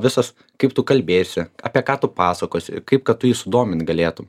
visas kaip tu kalbėsi apie ką tu pasakosi kaip kad tu jį sudomint galėtum